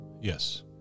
Yes